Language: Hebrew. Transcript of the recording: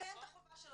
מקיים את החובה שלו,